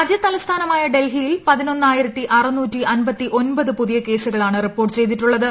രാജ്യ തലസ്ഫാന്മായ ഡൽഹിയിൽ പതിനൊന്നായിരത്തി അറുന്നൂറ്റി അൻ ്പത്തി ഒൻപത് പുതിയ കേസുകളാണ് റിപ്പോർട്ട് ച്ചെയ്ത്രീട്ടുള്ളത്